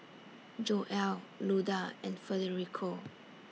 Joel Luda and Federico